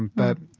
but,